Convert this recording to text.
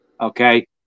okay